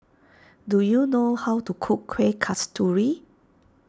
do you know how to cook Kuih Kasturi